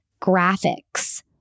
graphics